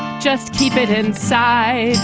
just keep it inside